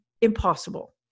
impossible